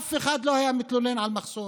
אף אחד לא היה מתלונן על מחסור,